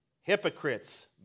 hypocrites